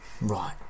Right